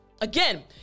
Again